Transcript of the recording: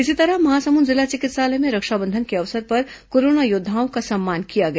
इसी तरह महासमुंद जिला चिकित्सालय में रक्षाबंधन के अवसर पर कोरोना योद्वाओं का सम्मान किया गया